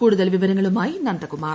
കൂടുതൽ വിവരങ്ങളുമായി നന്ദകുമാർ